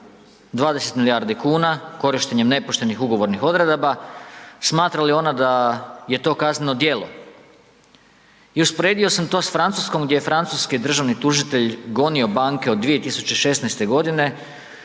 20 milijardi kuna korištenjem nepoštenih ugovornih odredaba, smatra li ona da je to kazneno djelo? I usporedio sam to s Francuskom gdje je francuski državni tužitelj gonio banke od 2016. godine,